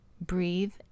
breathe